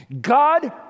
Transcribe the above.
God